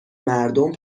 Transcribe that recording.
مردم